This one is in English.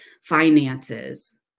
finances